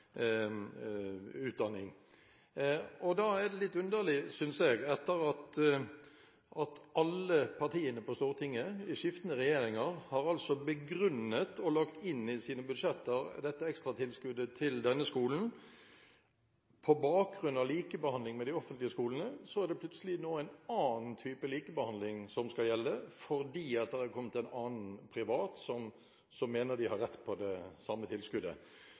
Da er det litt underlig, synes jeg, etter at alle partiene på Stortinget, under skiftende regjeringer, har begrunnet og lagt inn i sine budsjetter dette ekstratilskuddet til denne skolen på bakgrunn av likebehandling med de offentlige skolene, at det nå er en annen type likebehandling som skal gjelde, fordi det er kommet en annen privatskole som mener de har rett på det samme tilskuddet.